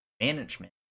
management